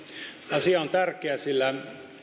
asia on tärkeä sillä